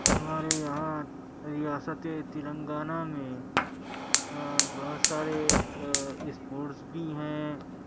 ہمارے یہاں ریاستِ تلنگانہ میں بہت سارے اسپورٹس بھی ہیں